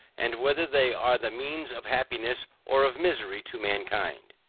and whether they are the means of happiness or of misery to mankind.